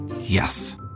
yes